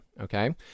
Okay